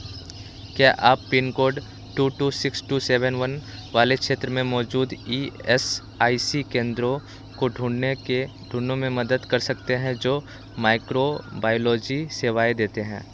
क्या आप pin code two two six two seven one वाले क्षेत्र में मौजूद ई एस आई सी केंद्रों को ढूँढने में मदद कर सकते हैं जो माइक्रो बायोलॉजी सेवाएँ देते हैं